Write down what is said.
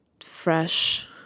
fresh